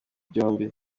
byombi